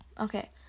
Okay